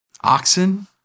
Oxen